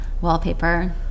wallpaper